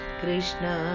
krishna